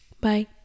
bye